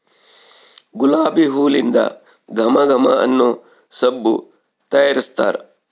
ಗುಲಾಬಿ ಹೂಲಿಂದ ಘಮ ಘಮ ಅನ್ನೊ ಸಬ್ಬು ತಯಾರಿಸ್ತಾರ